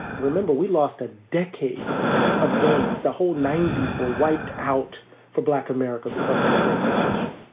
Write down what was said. remember, we lost a decade of gains. the whole ninety s were wiped out for black america because of the great recession.